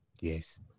Yes